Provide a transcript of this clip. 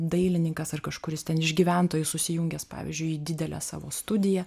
dailininkas ar kažkuris ten iš gyventojų susijungęs pavyzdžiui į didelę savo studiją